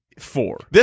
Four